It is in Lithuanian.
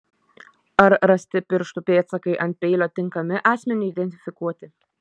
ar rasti pirštų pėdsakai ant peilio tinkami asmeniui identifikuoti